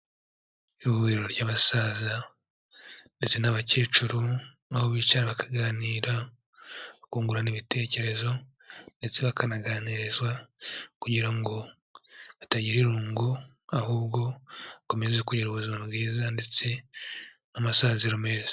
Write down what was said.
Ihuriro ry'abasaza ndetse n'abakecuru n'abo bicara bakaganira bakungurana ibitekerezo ndetse bakanaganirizwa kugira ngo batagira irungu ahubwo bakomeze kugira ubuzima bwiza ndetse n'amasaziro meza.